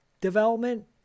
development